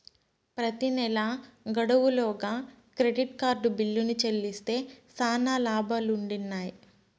ప్రెతి నెలా గడువు లోగా క్రెడిట్ కార్డు బిల్లుని చెల్లిస్తే శానా లాబాలుండిన్నాయి